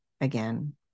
again